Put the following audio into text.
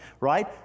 right